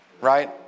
right